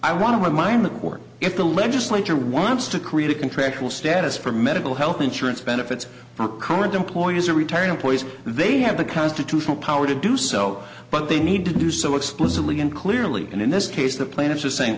i want to remind the court if the legislature wants to create a contractual status for medical health insurance benefits for current employees or retired employees they have the constitutional power to do so but they need to do so explicitly and clearly and in this case the plaintiffs are saying